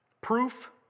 proof